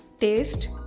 taste